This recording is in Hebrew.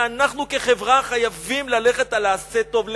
אנחנו כחברה חייבים ללכת על ה"עשה טוב",